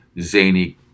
zany